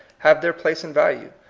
have their place and value.